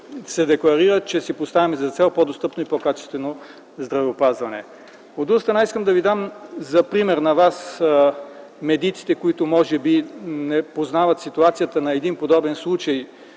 се декларира, че си поставяме за цел – по-достъпно и по-качествено здравеопазване. От друга страна, искам да дам пример на вас, медиците, които може би не познават ситуацията на един подобен случай